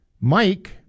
Mike